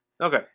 Okay